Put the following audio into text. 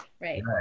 right